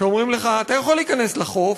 שאומרים לך: אתה יכול להיכנס לחוף,